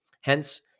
Hence